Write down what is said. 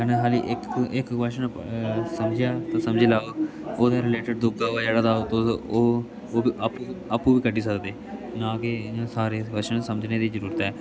कन्नै खाल्ली इक इक क्वेस्चन समझेआ ते समझी लैओ ओह्दे रिलेटेड दूआ होग जेह्ड़ा तां ओह् आपूं बी आपूं बी कड्ढी सकदे ना के इयां सारे क्वेस्चन समझने दी जरूरत ऐ